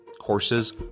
courses